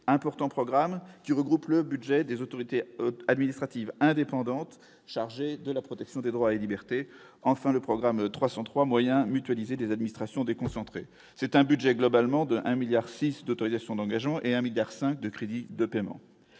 importants programme qui regroupe le budget des autorités administratives indépendantes chargées de la protection des droits et libertés enfin le programme 303 moyens mutualisés, des administrations déconcentrées, c'est un budget globalement de 1 milliard 6 d'autorisations d'engagement et un milliard 5 de crédits de paiement,